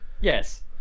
Yes